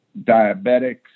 diabetics